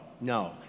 no